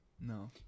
No